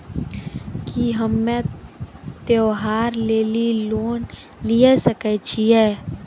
की हम्मय त्योहार लेली लोन लिये सकय छियै?